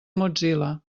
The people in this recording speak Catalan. mozilla